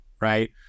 right